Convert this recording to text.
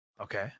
Okay